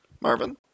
Marvin